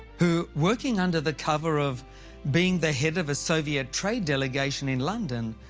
who, working under the cover of being the head of a soviet trade delegation in london,